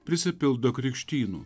prisipildo krikštynų